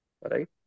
Right